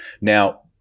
now